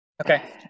Okay